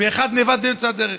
ואחד אובד באמצע הדרך.